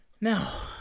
Now